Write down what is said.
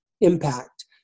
impact